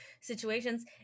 situations